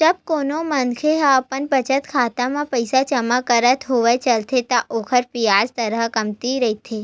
जब कोनो मनखे ह अपन बचत खाता म पइसा जमा करत होय चलथे त ओखर बियाज दर ह कमती रहिथे